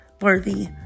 worthy